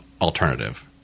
alternative